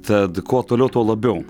tad kuo toliau tuo labiau